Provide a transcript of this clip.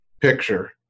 picture